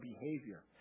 behavior